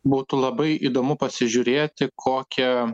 būtų labai įdomu pasižiūrėti kokią